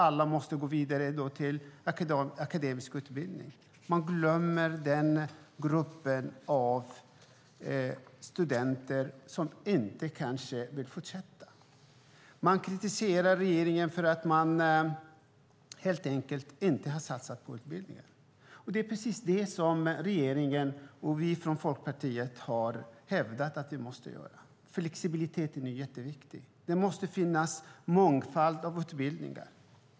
Alla måste gå vidare till en akademisk utbildning. Man glömmer den grupp studenter som inte vill fortsätta. Man kritiserar regeringen för att den inte har satsat på utbildning, och det är precis det som regeringen och vi i Folkpartiet har hävdat att vi måste göra. Flexibiliteten är jätteviktig. Det måste finnas en mångfald av utbildningar.